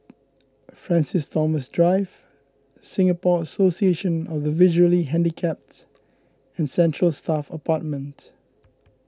Francis Thomas Drive Singapore Association of the Visually Handicapped and Central Staff Apartment